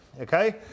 Okay